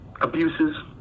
abuses